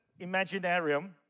Imaginarium